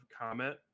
comment